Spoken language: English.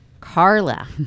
Carla